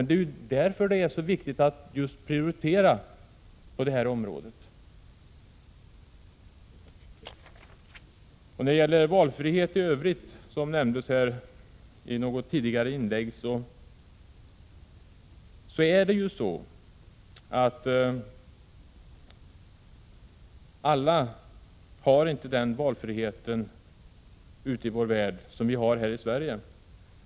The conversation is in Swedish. Därför är det så viktigt att prioritera det här området. Beträffande valfrihet i övrigt som togs upp i något tidigare inlägg är det ju så, att alla i vår värld inte har samma valfrihet som vi här i Sverige.